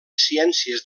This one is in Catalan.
ciències